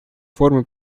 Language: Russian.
формы